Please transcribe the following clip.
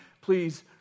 please